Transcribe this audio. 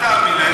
אל תאמין לה,